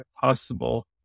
possible